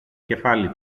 κεφάλι